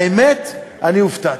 האמת, אני הופתעתי.